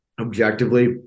objectively